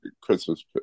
Christmas